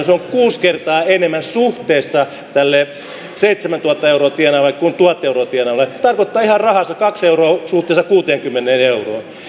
se on kuusi kertaa enemmän suhteessa tälle seitsemäntuhatta euroa tienaavalle kuin tuhat euroa tienaavalle se tarkoittaa ihan rahassa kaksi euroa suhteessa kuuteenkymmeneen euroon